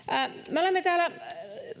me olemme täällä